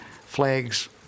flags